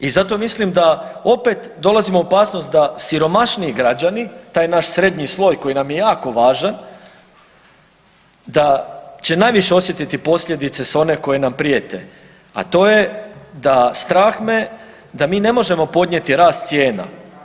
I zato mislim da opet dolazimo u opasnost da siromašniji građani taj naš srednji sloj koji nam je jako važan da će najviše osjetiti posljedice sve one koje nam prijete, a to je da strah me da mi ne možemo podnijeti rast cijena.